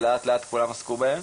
ולאט לאט כולם עסקו בהן.